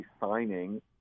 signing